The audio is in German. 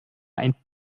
ein